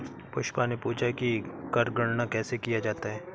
पुष्पा ने पूछा कि कर गणना कैसे किया जाता है?